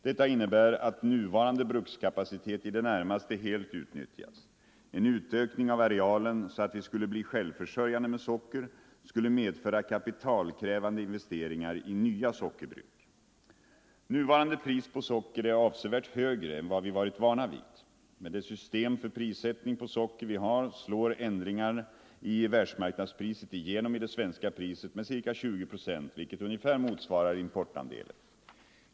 Detta innebär att nuvarande brukskapacitet i det närmaste helt utnyttjas. En utökning av arealen så att vi skulle bli självförsörjande med socker skulle medföra kapitalkrävande investeringar i nya sockerbruk. Nuvarande pris på socker är avsevärt högre än vad vi varit vana vid. Med det system för prissättning på socker vi har slår ändringar i världsmarknadspriset igehom i det svenska priset med ca 20 procent, vilket ungefär motsvarar importandelen.